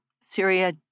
Syria